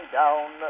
down